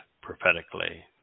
prophetically